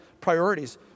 priorities